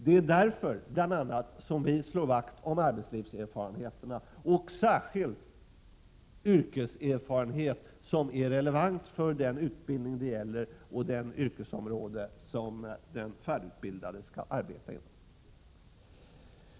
Det är bl.a. av dessa skäl som vi slår vakt om arbetslivserfarenheten och särskilt den yrkeserfarenhet som är relevant för den utbildning det gäller och det yrkesområde inom vilket den färdigutbildade skall arbeta.